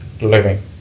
living